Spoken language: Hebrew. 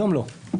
היום לא.